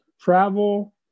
travel